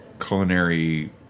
Culinary